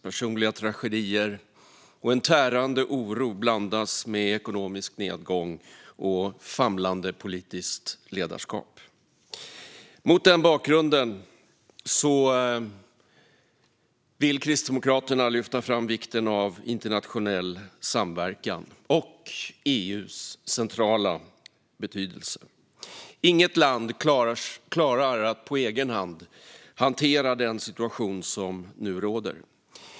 Personliga tragedier och en tärande oro blandas med ekonomisk nedgång och famlande politiskt ledarskap. Mot denna bakgrund vill Kristdemokraterna lyfta fram vikten av internationell samverkan och EU:s centrala betydelse. Inget land klarar att på egen hand hantera den situation som nu råder.